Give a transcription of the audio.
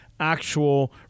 actual